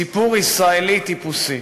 סיפור ישראלי טיפוסי.